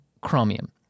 Chromium